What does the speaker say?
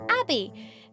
Abby